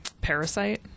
Parasite